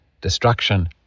destruction